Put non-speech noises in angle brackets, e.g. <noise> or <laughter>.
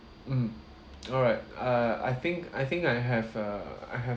mmhmm <noise> all right uh I think I think err I have